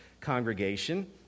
congregation